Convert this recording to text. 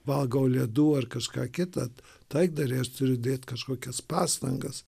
valgau ledų ar kažką kitą taikdariai aš turiu dėt kažkokias pastangas